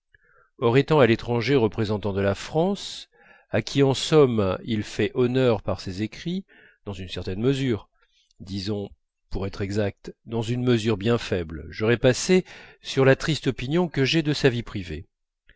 or étant à l'étranger représentant de la france à qui en somme il fait honneur par ses écrits dans une certaine mesure disons pour être exacts dans une mesure bien faible j'aurais passé sur la triste opinion que j'ai de sa vie privée